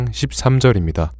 13절입니다